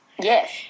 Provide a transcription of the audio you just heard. yes